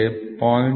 725 micron 0